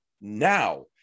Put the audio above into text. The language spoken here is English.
now